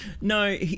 No